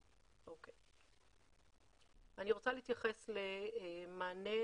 אני רוצה להתייחס למענה